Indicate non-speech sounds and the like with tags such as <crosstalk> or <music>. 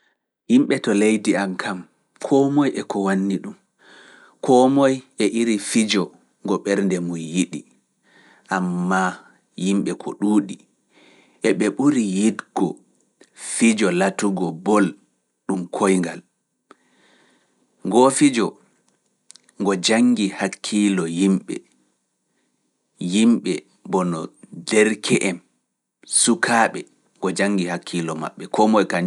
<noise> Yimɓe to leydi am kam, koo moye e ko wanni ɗum, koo moye e iri fijo ngo ɓernde mum yiɗi, ammaa yimɓe ko ɗuuɗi, eɓe buri yidugo fijo bol koingal. e derke en, sukaaɓe fu, ngo janngi hakkiilo maɓɓe.